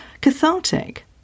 cathartic